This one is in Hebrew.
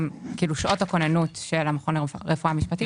שעות הכוננות של המכון לרפואה משפטית,